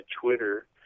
Twitter